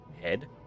head